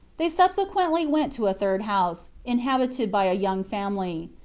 they subsequently went to a third house, inhabited by a young family.